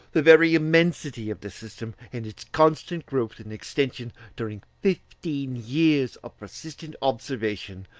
the very immensity of this system, and its constant growth and extension during fifteen years of persistent observation,